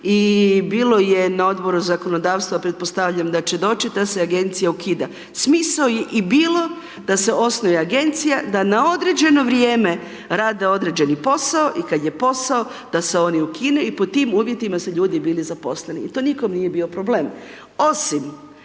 i bilo je na Odboru za zakonodavstvo a pretpostavljam da će doći ta se agencija ukida. Smisao je i bilo da se osnuje agencija, da na određeno vrijeme rade određeni posao i kada je posao da se oni ukinu i po tim uvjetima su ljudi bili zaposleni i to nikom nije bio problem osim